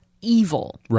evil